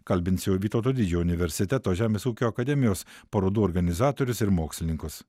kalbinsiu vytauto didžiojo universiteto žemės ūkio akademijos parodų organizatorius ir mokslininkus